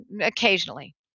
occasionally